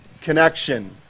Connection